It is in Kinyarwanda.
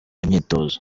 imyitozo